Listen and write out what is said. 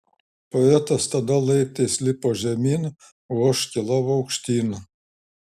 poetas tada laiptais lipo žemyn o aš kilau aukštyn